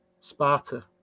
Sparta